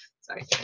Sorry